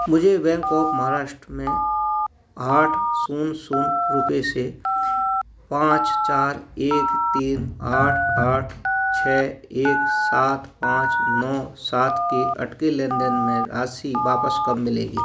मुझे bank of Maharashtra में आठ शून्य शून्य रूपये से पाँच चार एक तीन आठ आठ छः एक सात पाँच नौ सात के अटके लेनदेन में राशि वापस कब मिलेगी